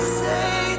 say